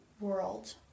world